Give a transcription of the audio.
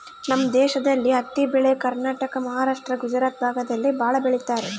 ನಮ್ ದೇಶದಲ್ಲಿ ಹತ್ತಿ ಬೆಳೆ ಕರ್ನಾಟಕ ಮಹಾರಾಷ್ಟ್ರ ಗುಜರಾತ್ ಭಾಗದಲ್ಲಿ ಭಾಳ ಬೆಳಿತರೆ